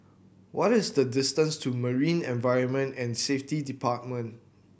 what is the distance to Marine Environment and Safety Department